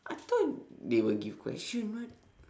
I thought they will give question what